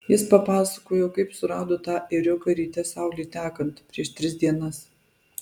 jis papasakojo kaip surado tą ėriuką ryte saulei tekant prieš tris dienas